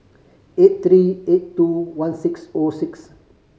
eight three eight two one six O six